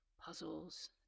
puzzles